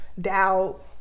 doubt